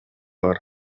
бар